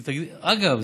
אגב,